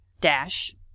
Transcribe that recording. Dash